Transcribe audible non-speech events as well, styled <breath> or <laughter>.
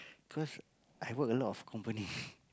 cause I work a lot of company <breath>